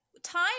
Time